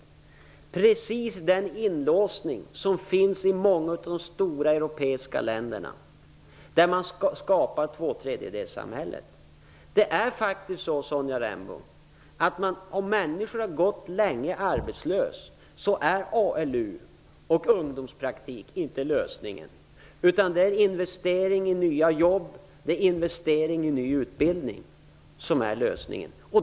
Det är precis den inlåsning som finns i många av de stora europeiska länderna. Där har man skapat två tredjedelssamhället. Det är faktiskt så, Sonja Rembo, att om människor har gått arbetslösa länge är ALU och ungdomspraktik ingen lösning. Lösningen är investeringar i nya jobb och investeringar i ny utbildning.